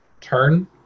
turn